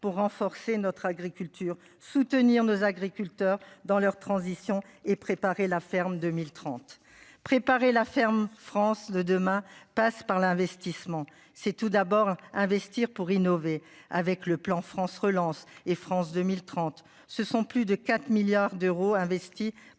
pour renforcer notre agriculture soutenir nos agriculteurs, dans leur transition et préparer la ferme 2030 préparer la ferme France de demain passe par l'investissement c'est tout d'abord investir pour innover avec le plan France relance et France 2030, ce sont plus de 4 milliards d'euros investis